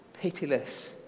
pitiless